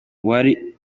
uwari